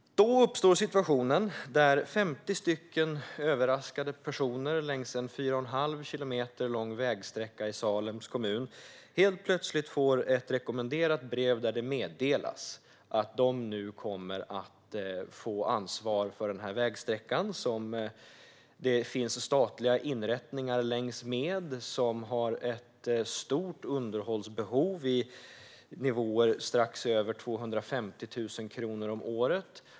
Då uppstår situationen att 50 överraskade personer längs en fyra och en halv kilometer lång vägsträcka i Salems kommun helt plötsligt får ett rekommenderat brev där det meddelas att de nu kommer att få ansvar för vägsträckan. Det finns statliga inrättningar längs med den här vägen, och den har ett stort underhållsbehov - på nivåer strax över 250 000 kronor om året.